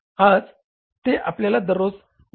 आज ते आपल्याला दररोज 1